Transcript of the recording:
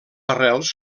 arrels